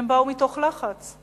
הן באו מתוך לחץ.